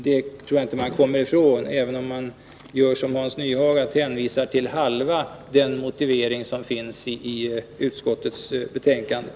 Det tror jag inte att man kommer ifrån, även om man gör som Hans Nyhage och bara hänvisar till halva den motivering som finns i utskottsbetänkandet.